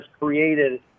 created